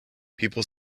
people